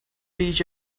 teach